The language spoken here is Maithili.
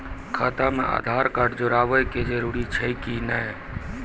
खाता म आधार कार्ड जोड़वा के जरूरी छै कि नैय?